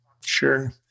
Sure